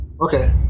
Okay